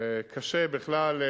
קשה בכלל,